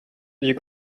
you